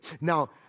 Now